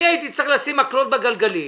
אני הייתי צריך לשים מקלות בגלגלים,